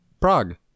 Prague